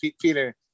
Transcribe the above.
peter